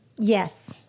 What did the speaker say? Yes